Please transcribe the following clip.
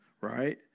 right